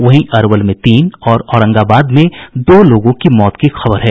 वहीं अरवल में तीन और औरंगाबाद में दो लोगों की मौत की खबर है